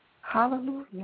Hallelujah